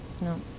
No